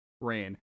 Rain